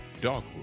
DOGWOOD